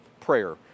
prayer